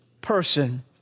person